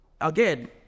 Again